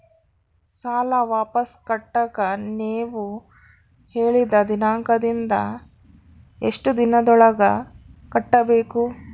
ಸಾಲ ವಾಪಸ್ ಕಟ್ಟಕ ನೇವು ಹೇಳಿದ ದಿನಾಂಕದಿಂದ ಎಷ್ಟು ದಿನದೊಳಗ ಕಟ್ಟಬೇಕು?